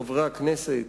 חברי הכנסת,